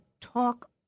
talk